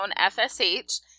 FSH